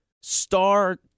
star